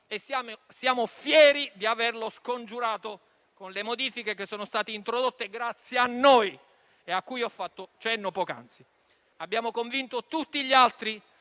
Siamo fieri di averlo scongiurato con le modifiche che sono state introdotte grazie a noi e a cui ho fatto cenno poc'anzi. Abbiamo convinto tutti gli altri